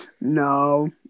No